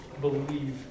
believe